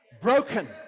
broken